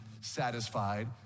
satisfied